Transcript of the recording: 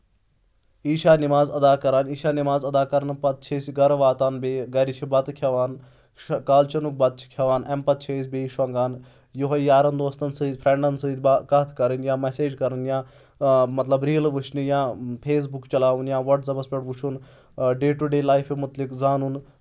ایٖشا نِماز اَدا کَران ایٖشا نِماز اَدا کَرنہٕ پَتہٕ چھِ أسۍ گَرٕ واتان بیٚیہِ گَرِ چھِ بَتہٕ کھؠوان کالچَنُک بَتہٕ چھِ کھؠوان اَمہِ پَتہٕ چھِ أسۍ بیٚیہِ شۄنٛگان یِہوے یارَن دوستَن سۭتۍ فرٛؠنٛڈَن سۭتۍ کَتھ کَرٕنۍ یا میسیج کَرٕنۍ یا مطلب ریٖلہٕ وٕچھنہٕ یا فیس بُک چَلاوٕنۍ یا وَٹساَپَس پؠٹھ وٕچھُن ڈے ٹُو ڈے لایفہِ مُتعلِق زانُن